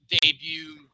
debut